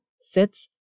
sits